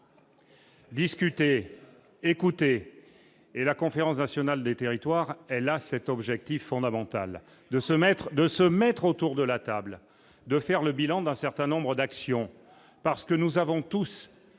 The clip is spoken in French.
discuter écoutez la conférence nationale des territoires L à cet objectif fondamental de ce maître de se mettre autour de la table de faire le bilan d'un certain nombre d'actions parce que nous avons tous